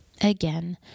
Again